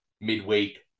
midweek